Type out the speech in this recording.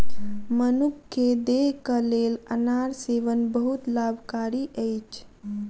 मनुख के देहक लेल अनार सेवन बहुत लाभकारी अछि